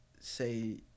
say